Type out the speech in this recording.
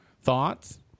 Thoughts